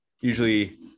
usually